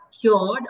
cured